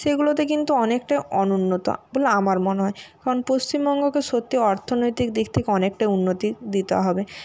সেইগুলোকে কিন্তু অনেকটাই অনুন্নত বলে আমার মনে হয় কারণ পশ্চিমবঙ্গকে সত্যি অর্থনৈতিক দিক থেকে অনেকটাই উন্নতি দিতে হবে